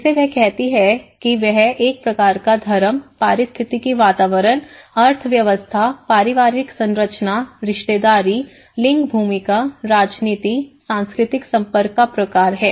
जिसे वह कहती है वह एक प्रकार का धर्म पारिस्थितिक वातावरण अर्थव्यवस्था पारिवारिक संरचना रिश्तेदारी लिंग भूमिका राजनीति सांस्कृतिक संपर्क का प्रकार है